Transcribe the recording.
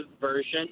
version